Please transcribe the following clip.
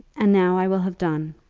and now i will have done.